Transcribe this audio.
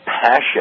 passion